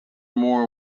more